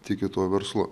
tiki tuo verslu